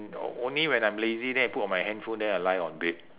o~ only when I'm lazy then it put on my handphone then I lie on bed